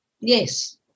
Yes